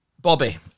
Bobby